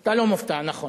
אתה לא מופתע, נכון,